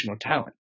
talent